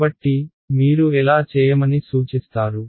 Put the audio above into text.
కాబట్టి మీరు ఎలా చేయమని సూచిస్తారు